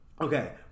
Okay